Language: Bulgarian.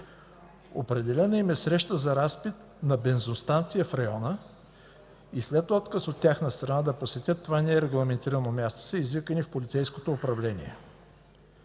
Определена им е среща за разпит на бензиностанция в района и след отказ от тяхна страна да посетят това нерегламентирано място, са извикани в полицейското управление.